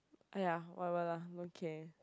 !aiya! what what lah don't care